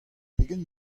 pegen